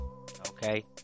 okay